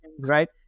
right